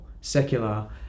secular